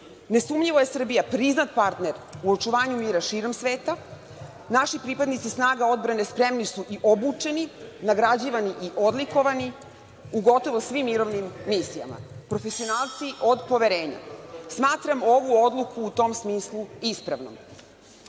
Nesumnjivo je Srbija priznat partner u očuvanju mira širom sveta. Naši pripadnici snaga odbrane spremni su i obučeni, nagrađivani i odlikovani u gotovo svim mirovnim misijama, profesionalci od poverenja. Smatram ovu odluku u tom smislu ispravnom.O